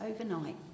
overnight